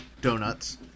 donuts